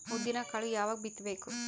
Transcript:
ಉದ್ದಿನಕಾಳು ಯಾವಾಗ ಬಿತ್ತು ಬೇಕು?